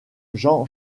jean